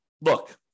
look